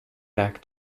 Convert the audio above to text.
back